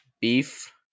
Beef